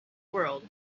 world